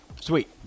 Sweet